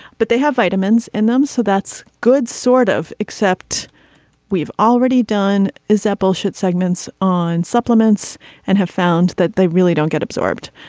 but they have vitamins in them. so that's good sort of except we've already done. is that bullshit segments on supplements and have found that they really don't get absorbed.